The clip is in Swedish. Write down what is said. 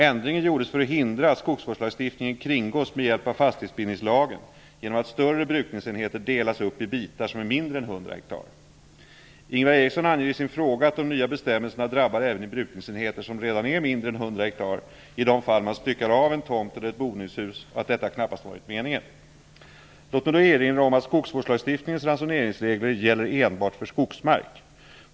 Ändringen gjordes för att hindra att skogsvårdslagstiftningen kringgås med hjälp av fastighetsbildningslagen genom att större brukningsenheter delas upp i bitar som är mindre än 100 ha. Ingvar Eriksson anger i sin fråga att de nya bestämmelserna drabbar även brukningsenheter som redan är mindre än 100 ha i de fall man styckar av en tomt eller ett boningshus och att detta knappast varit meningen. Låt mig då erinra om att skogsvårdslagstiftningens ransoneringsregler gäller enbart för skogsmark.